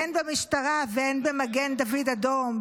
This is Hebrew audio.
הן במשטרה והן במגן דוד אדום,